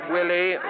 Willie